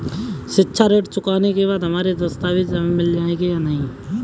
शिक्षा ऋण चुकाने के बाद हमारे दस्तावेज हमें मिल जाएंगे या नहीं?